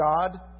God